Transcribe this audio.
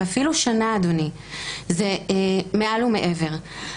ואפילו שנה, אדוני, זה מעל ומעבר.